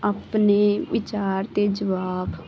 ਆਪਨੇ ਵਿਚਾਰ ਅਤੇ ਜਵਾਬ